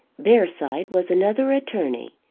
bearside was another attorney,